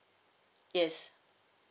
yes